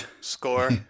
score